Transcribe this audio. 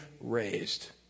raised